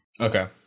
Okay